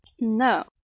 No